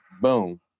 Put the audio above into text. boom